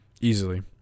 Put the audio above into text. Easily